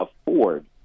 afford